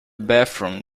bathroom